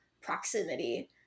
proximity